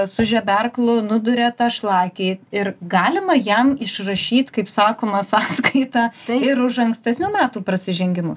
su žeberklu nuduria tą šlakį ir galima jam išrašyt kaip sakoma sąskaitą ir už ankstesnių metų prasižengimus